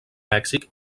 mèxic